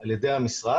על ידי המשרד.